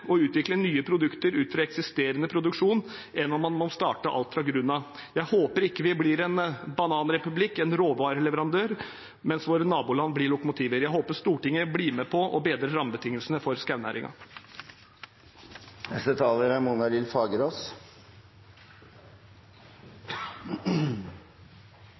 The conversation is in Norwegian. utvikle nye produkter ut fra eksisterende produksjon enn om man må starte alt fra grunnen av. Jeg håper vi ikke blir en bananrepublikk, en råvareleverandør, mens våre naboland blir lokomotiver. Jeg håper Stortinget blir med på å bedre rammebetingelsene for